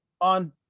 on